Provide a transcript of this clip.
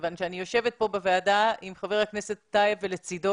כיוון שאני יושבת פה בוועדה עם חבר הכנסת טייב ולצדו